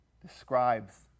describes